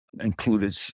included